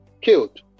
killed